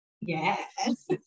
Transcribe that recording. yes